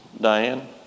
Diane